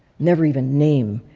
never even name,